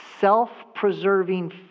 self-preserving